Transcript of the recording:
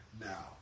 now